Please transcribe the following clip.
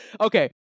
Okay